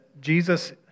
Jesus